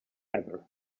ever